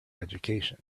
education